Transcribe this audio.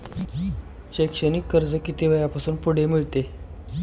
शैक्षणिक कर्ज किती वयापासून पुढे मिळते?